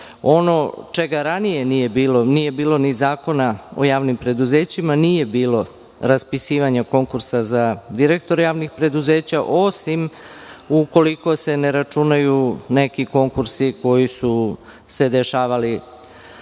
čega ranije nije bilo, a nije bilo ni Zakona o javnim preduzećima, nije bilo raspisivanja konkursa za direktore javnih preduzeća, osim ukoliko se ne računaju neki konkursi koji su se dešavali